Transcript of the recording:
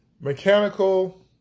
mechanical